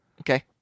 Okay